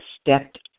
stepped